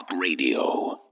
radio